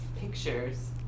pictures